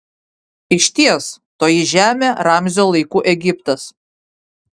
išties toji žemė ramzio laikų egiptas